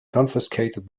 confiscated